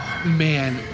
Man